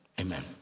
Amen